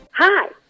Hi